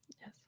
Yes